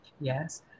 Yes